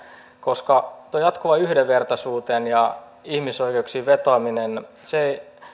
koska tuo jatkuva yhdenvertaisuuteen ja ihmisoikeuksiin vetoaminen